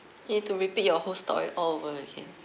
need to repeat your whole story all over again